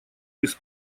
без